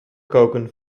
koken